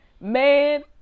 Man